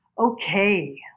Okay